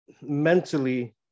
mentally